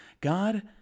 God